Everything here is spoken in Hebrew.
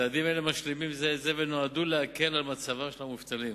צעדים אלה משלימים זה את זה ונועדו להקל את מצבם של המובטלים.